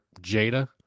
Jada